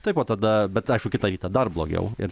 taip o tada bet aišku kitą rytą dar blogiau ir